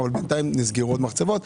אבל בינתיים נסגרו עוד מחצבות.